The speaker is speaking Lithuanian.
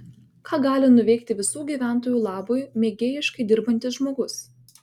ką gali nuveikti visų gyventojų labui mėgėjiškai dirbantis žmogus